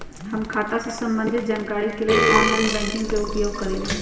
हम खता से संबंधित जानकारी के लेल ऑनलाइन बैंकिंग के उपयोग करइले